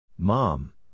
Mom